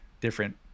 different